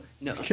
No